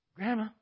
Grandma